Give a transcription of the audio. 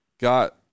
got